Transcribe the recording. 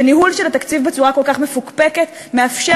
וניהול של תקציב בצורה כל כך מפוקפקת מאפשר